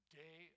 day